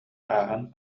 ааһан